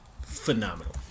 Phenomenal